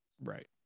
right